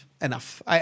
enough